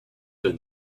been